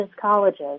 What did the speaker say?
colleges